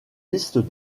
pistes